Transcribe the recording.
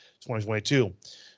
2022